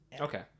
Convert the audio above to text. Okay